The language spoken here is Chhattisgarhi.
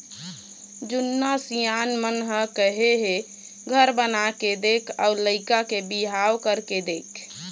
जुन्ना सियान मन ह कहे हे घर बनाके देख अउ लइका के बिहाव करके देख